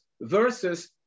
versus